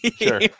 Sure